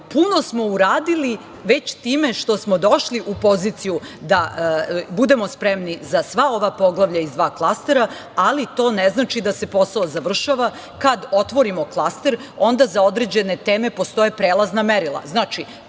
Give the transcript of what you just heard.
puno smo uradili već time što smo došli u poziciju da budemo spremni za sva ova poglavlja iz dva klastera, ali to ne znači da se posao završava. Kada otvorimo klaster onda za određene teme postoje prelazna merila.